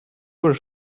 were